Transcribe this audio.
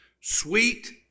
sweet